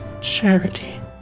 charity